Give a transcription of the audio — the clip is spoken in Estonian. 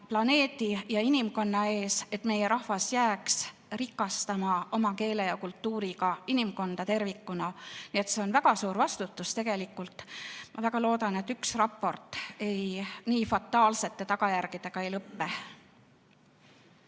planeedi ja inimkonna ees, et meie rahvas jääks rikastama oma keele ja kultuuriga inimkonda tervikuna. Nii et see on väga suur vastutus tegelikult. Ma väga loodan, et üks raport nii fataalsete tagajärgedega ei lõpe.